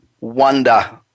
wonder